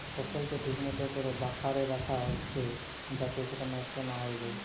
ফসলকে ঠিক মতো কোরে বাখারে রাখা হচ্ছে যাতে সেটা নষ্ট না হয়ে যায়